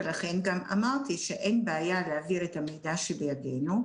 ולכן גם אמרתי שאין בעיה להעביר את המידע שבידינו.